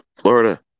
Florida